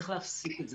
צריך להפסיק את זה.